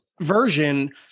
version